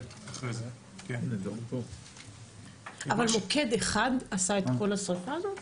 אבל מוקד אחד עשה את כל השריפה הזאת?